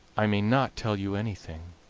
i may not tell you anything.